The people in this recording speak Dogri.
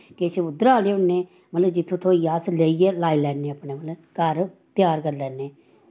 किश उध्दरा लेऔने मतलव जित्थूं थ्होईया अस लेइयै लाई लैन्ने अपनै अपनै घर त्यार करी लैन्ने